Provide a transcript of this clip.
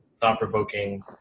thought-provoking